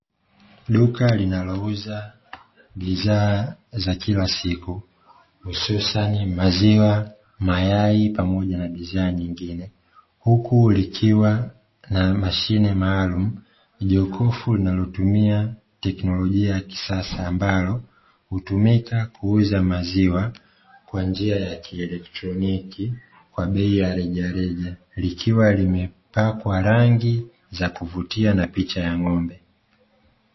Duka linalouza bidhaa za kila siku, hususani maziwa, mayai pamoja na bidhaa nyingine, huku likiwa na mashine maalum, jokofu linalotumia teknolojia ya kisasa ambalo hutumika kuuza maziwa kwanjia ya kielektroniki kwa bei ya rejareja, likiwa limepakwa rangi za kuvutia na picha ya ng'ombe.